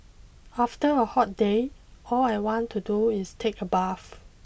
after a hot day all I want to do is take a bath